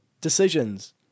decisions